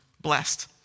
blessed